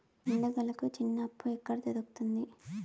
పండుగలకి చిన్న అప్పు ఎక్కడ దొరుకుతుంది